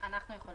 מכוח